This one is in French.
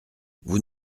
vous